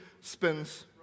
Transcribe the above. spins